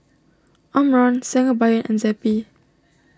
Omron Sangobion and Zappy